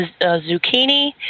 zucchini